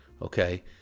Okay